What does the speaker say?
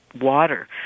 water